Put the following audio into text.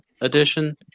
edition